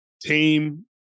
team